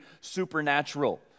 supernatural